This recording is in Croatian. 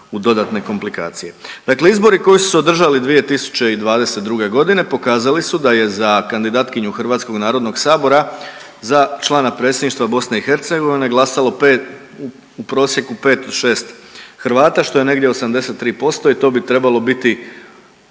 u dodatne komplikacije. Dakle izbori koji su se održali 2022.g. pokazali su da je za kandidatkinju Hrvatskog narodnog sabora za člana predsjedništva BiH glasalo 5, u prosjeku 5-6 Hrvata, što je negdje 83% i to bi trebalo biti